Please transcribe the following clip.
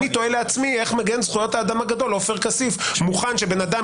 אני תוהה לעצמי איך מגן זכויות האדם הגדול עופר כסיף מוכן שבן אדם,